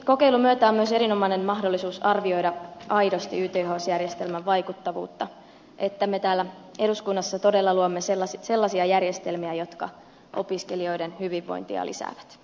kokeilun myötä on myös erinomainen mahdollisuus arvioida aidosti yths järjestelmän vaikuttavuutta että me täällä eduskunnassa todella luomme sellaisia järjestelmiä jotka opiskelijoiden hyvinvointia lisäävät